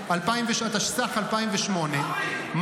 התשס"ח 2008,